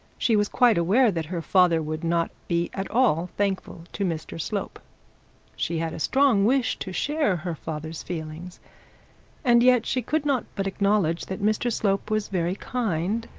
she was quite aware that her father would not be at all thankful to mr slope she had a strong wish to share her father's feelings and yet she could not but acknowledge that mr slope was very kind.